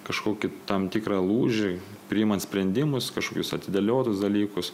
kažkokį tam tikrą lūžį priimant sprendimus kažkokius atidėliotus dalykus